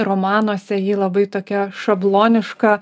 romanuose ji labai tokia šabloniška